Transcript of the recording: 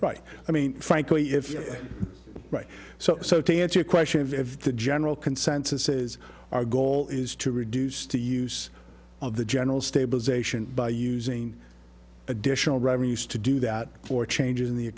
right i mean frankly if you're right so so to answer your question if the general consensus is our goal is to reduce to use of the general stabilisation by using additional revenues to do that for changes in the